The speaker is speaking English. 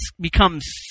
becomes